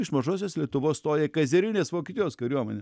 iš mažosios lietuvos stoja kaizerinės vokietijos kariuomenė